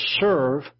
serve